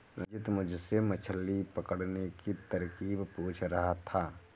रंजित मुझसे मछली पकड़ने की तरकीब पूछ रहा था